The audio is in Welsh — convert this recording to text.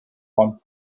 ond